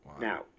Now